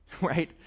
right